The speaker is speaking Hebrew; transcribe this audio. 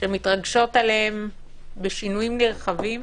שמתרגשות עליהם בשינויים נרחבים